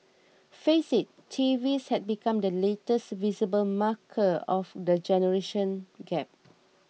face it TVs have become the latest visible marker of the generation gap